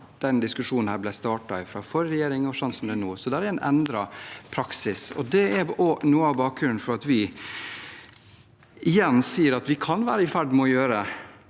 denne diskusjonen ble startet av forrige regjering, og fram til nå. Det er en endret praksis. Det er noe av bakgrunnen for at vi igjen sier at vi kan være i ferd med, ved